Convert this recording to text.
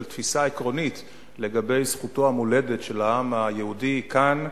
תפיסה עקרונית לגבי זכותו המולדת של העם היהודי כאן,